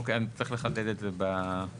אוקיי, צריך לחדד את זה בנוסח.